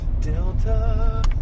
Delta